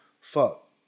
fuck